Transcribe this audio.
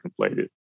conflated